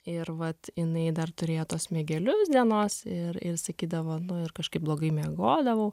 ir vat jinai dar turėjo tuos miegelius dienos ir ir sakydavo nu ir kažkaip blogai miegodavau